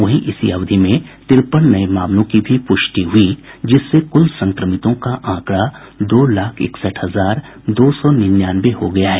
वहीं इसी अवधि में तिरपन नये मामलों की भी पुष्टि हुई जिससे कुल संक्रमितों का आंकड़ा दो लाख इकसठ हजार दो सौ निन्यानवे हो गया है